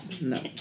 No